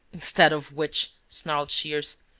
instead of which, snarled shears,